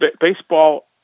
Baseball